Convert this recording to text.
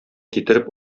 китереп